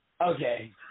Okay